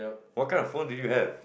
what kind of phone do you have